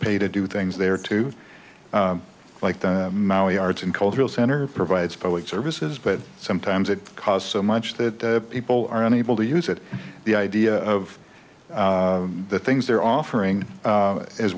pay to do things there too like the maui arts and cultural center provides public services but sometimes it costs so much that people are unable to use it the idea of the things they're offering